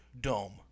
dome